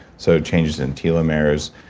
so it changes in telomeres,